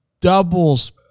doubles